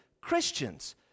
Christians